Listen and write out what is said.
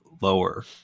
Lower